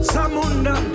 Samunda